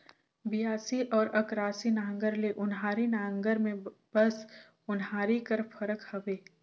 बियासी अउ अकरासी नांगर ले ओन्हारी नागर मे बस ओन्हारी कर फरक हवे